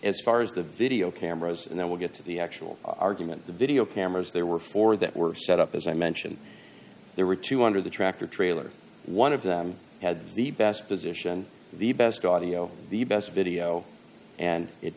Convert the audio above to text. as far as the video cameras and then we'll get to the actual argument the video cameras there were four that were set up as i mentioned there were two under the tractor trailer one of them had the best position the best